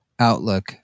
Outlook